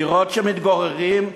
לראות שמתגוררים,